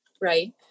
Right